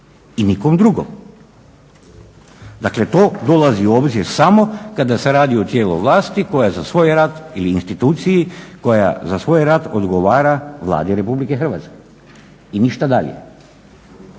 i nikom drugom. Dakle, to dolazi u obzir samo kada se radi o tijelu vlasti koje za svoj rad ili instituciji koja za svoj rad odgovara Vladi Republike Hrvatske i ništa dalje.